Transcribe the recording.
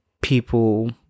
people